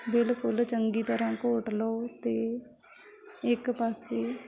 ਬਿਲਕੁਲ ਚੰਗੀ ਤਰ੍ਹਾਂ ਘੋਟ ਲਓ ਅਤੇ ਇੱਕ ਪਾਸੇ